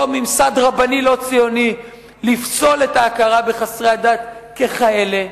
ממסד רבני לא-ציוני לפסול את ההכרה בחסרי הדת ככאלה.